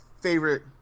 favorite